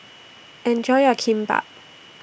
Enjoy your Kimbap